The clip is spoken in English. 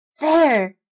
There